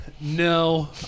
No